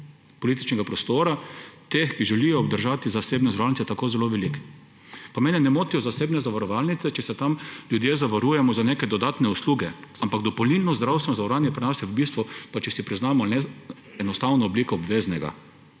političnega prostora teh, ki želijo obdržati zasebne zavarovalnice, tako zelo velik. Pa mene ne motijo zasebne zavarovalnice, če se tam ljudje zavarujemo za neke dodatne usluge, ampak dopolnilno zdravstveno zavarovanje pri nas je v bistvu, pa če si priznamo ali ne, enostavno oblika obveznega.